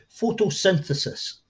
photosynthesis